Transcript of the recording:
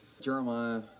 Jeremiah